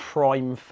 Prime